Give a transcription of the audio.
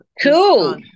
cool